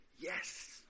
yes